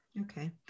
Okay